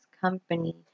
company